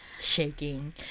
shaking